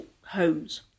homes